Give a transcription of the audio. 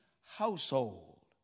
household